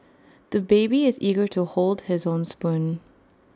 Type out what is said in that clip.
the baby is eager to hold his own spoon